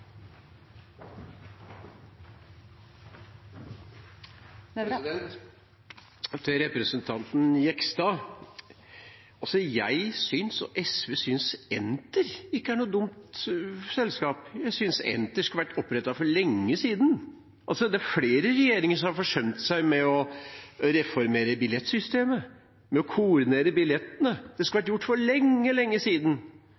noe dumt selskap. Jeg synes Entur skulle vært opprettet for lenge siden. Det er flere regjeringer som har forsømt seg med å reformere billettsystemet, med å koordinere billettene. Det skulle vært gjort for lenge, lenge siden.